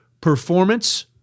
performance